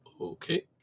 Okay